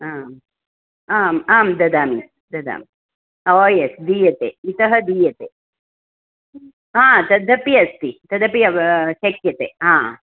आम् आम् आं ददामि ददामि ओ येस् दीयते इतः दीयते हा तदपि अस्ति तदपि अव् श्क्यते हा